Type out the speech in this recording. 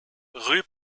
rue